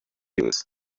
yose